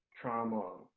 trauma